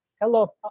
Hello